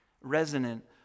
resonant